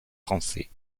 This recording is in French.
français